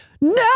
No